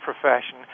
profession